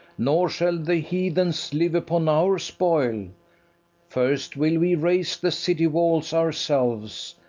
nor shall the heathens live upon our spoil first will we raze the city-walls ourselves,